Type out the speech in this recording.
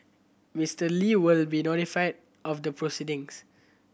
Mister Li will be notified of the proceedings